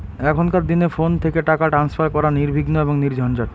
এখনকার দিনে ফোন থেকে টাকা ট্রান্সফার করা নির্বিঘ্ন এবং নির্ঝঞ্ঝাট